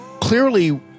clearly